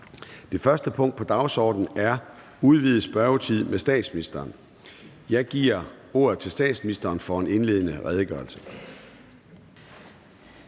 Det første punkt på dagsordenen er: 1) Udvidet spørgetime med statsministeren. Kl. 13:01 Formanden (Søren Gade): Jeg giver ordet til statsministeren for en indledende redegørelse.